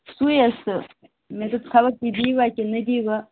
سُے حظ سُہ مےٚ دوٚپ خبر تُہۍ دیٖوا کِنہٕ نہ دیٖوا